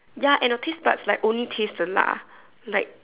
ya and your taste buds like only taste the 辣 like